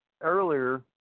earlier